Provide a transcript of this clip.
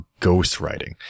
ghostwriting